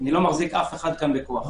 איני מחזיק אף אחד בכוח.